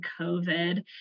COVID